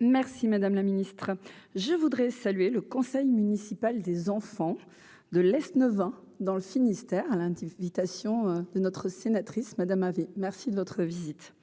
Merci madame la ministre, je voudrais saluer le conseil municipal des enfants de l'Aisne ans dans le Finistère à l'Inde, invitation de notre sénatrice Madame merci de votre visite.